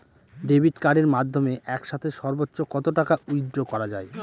Debit কার্ডের মাধ্যমে একসাথে সর্ব্বোচ্চ কত টাকা উইথড্র করা য়ায়?